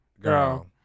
Girl